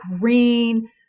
green